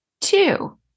Two